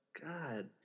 God